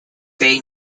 bay